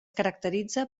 caracteritza